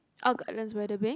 uh Gardens-By-The-Bay